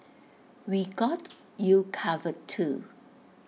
we got you covered too